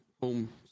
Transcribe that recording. home